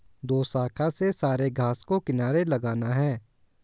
दोशाखा से सारे घास को किनारे लगाना है